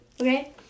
okay